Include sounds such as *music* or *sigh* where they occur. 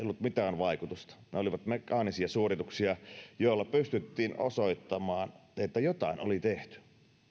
*unintelligible* ollut mitään vaikutusta ne olivat mekaanisia suorituksia joilla pystyttiin osoittamaan että jotain oli tehty